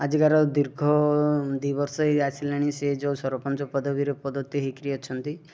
ଆଜିକାର ଦୀର୍ଘ ଦୁଇ ବର୍ଷ ହେଇ ଆସିଲାଣି ସିଏ ଯେଉଁ ସରପଞ୍ଚ ପଦବୀରେ ପଦତୀ ହେଇକିରି ଅଛନ୍ତି